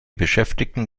beschäftigten